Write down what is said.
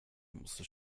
måste